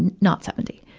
and not seventy.